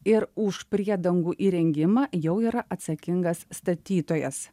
ir už priedangų įrengimą jau yra atsakingas statytojas